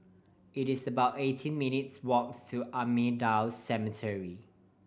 it is about eighteen minutes' walks to Ahmadiyya Cemetery